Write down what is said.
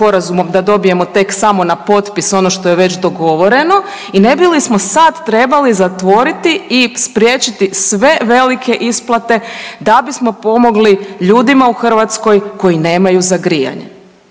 da dobijemo tek samo na potpis ono što je već dogovoreno? I ne bi li smo sada trebali zatvoriti i spriječiti sve velike isplate da bismo pomogli ljudima u Hrvatskoj koji nemaju za grijanje?